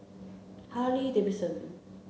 Harley Davidson